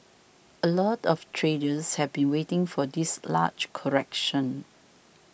a lot of traders have been waiting for this large correction